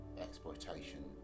exploitation